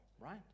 right